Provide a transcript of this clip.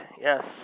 Yes